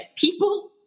People